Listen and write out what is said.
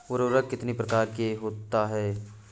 उर्वरक कितनी प्रकार के होता हैं?